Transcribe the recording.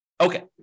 Okay